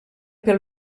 pel